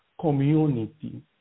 community